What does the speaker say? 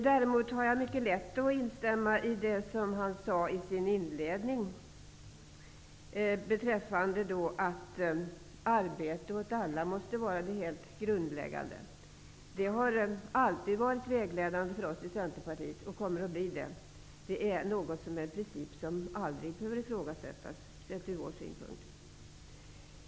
Däremot har jag mycket lätt att instämma i det som han sade i sin inledning om att arbete åt alla måste vara det helt grundläggande. Det har alltid varit vägledande för oss i Centerpartiet och kommer att förbli det. Det är en princip som ur vår synpunkt aldrig behöver ifrågasättas.